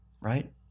right